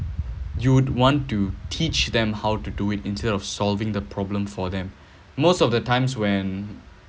you would want to teach them how to do it instead of solving the problem for them most of the times when